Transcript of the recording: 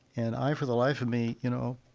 and i, for the life of me, you know,